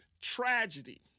tragedy